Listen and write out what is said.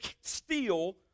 steal